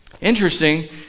Interesting